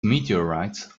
meteorites